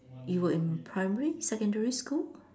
you were in primary secondary school